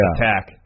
Attack